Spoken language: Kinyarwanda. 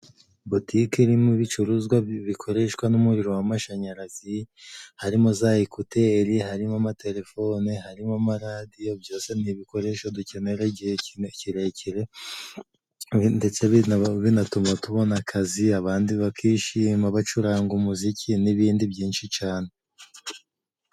Butike irimo ibicuruzwa bikoreshwa n'umuriro w'amashanyarazi harimo za ekuteri harimo amatelefone harimo amaradiyo byose n'ibikoresho dukenera igihe kine kirekire ndetse binaba binatuma tubona akazi abandi bakishima bacuranga umuziki n'ibindi byinshi cane.